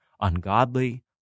ungodly